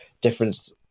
difference